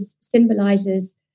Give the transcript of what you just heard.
symbolizes